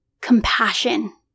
compassion